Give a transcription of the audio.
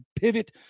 pivot